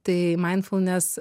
tai mindfulness